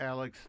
Alex